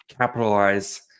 capitalize